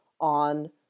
on